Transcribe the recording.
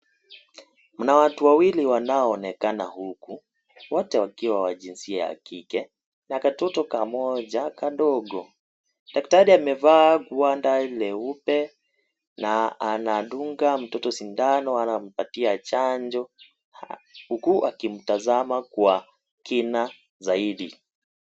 Kuna watu wawili wanao onekana huku, wote wakiwa wa jinsia ya kike, na katoto kamoja kadogo, daktari amevaa gwanda leupe, na anadunga mtoto sindano anampatia chanjo, huku akimtazama kwa kina zaidi.